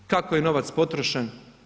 Kako je novac potrošen?